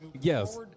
Yes